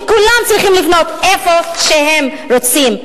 וכולם צריכים לבנות איפה שהם רוצים.